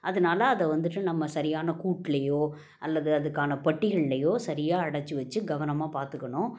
அதனால அதை வந்துட்டு நம்ம சரியான கூட்டிலயோ அல்லது அதுக்கான பட்டிகளிலையோ சரியாக அடைச்சி வச்சு கவனமாக பார்த்துக்கணும்